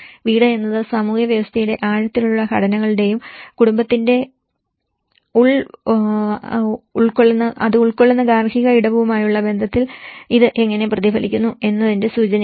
വീട് എന്നത് സാമൂഹിക വ്യവസ്ഥയുടെ ആഴത്തിലുള്ള ഘടനകളുടെയും കുടുംബത്തിന്റെ അത് ഉൾക്കൊള്ളുന്ന ഗാർഹിക ഇടവുമായുള്ള ബന്ധത്തിൽ ഇത് എങ്ങനെ പ്രതിഫലിക്കുന്നു എന്നതിന്റെ സൂചനയാണ്